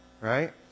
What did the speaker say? right